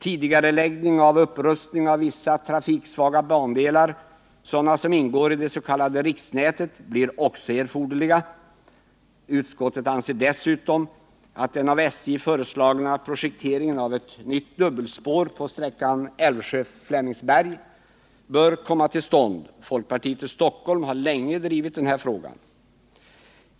Tidigareläggning av upprustningen av vissa trafiksvaga bandelar, som ingår i det s.k. riksnätet, blir också erforderlig. Utskottet anser dessutom att den av SJ föreslagna projekteringen av ett nytt dubbelspår på sträckan Älvsjö-Flemingsberg bör komma till stånd. Folkpartiet i Stockholm har länge drivit denna fråga.